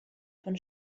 von